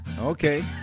Okay